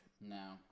No